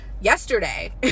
yesterday